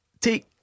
Take